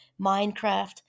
Minecraft